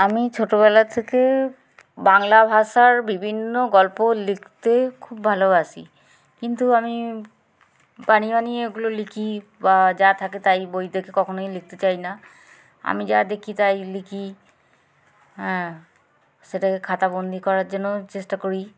আমি ছোটোবেলা থেকে বাংলা ভাষার বিভিন্ন গল্প লিখতে খুব ভালোবাসি কিন্তু আমি বানিয়ে বানিয়ে এগুলো লিখি বা যা থাকে তাই বই দেখে কখনোই লিখতে চাই না আমি যা দেখি তাই লিখি হ্যাঁ সেটাকে খাতাবন্দি করার জন্য চেষ্টা করি